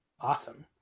Awesome